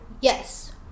Yes